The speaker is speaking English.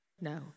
No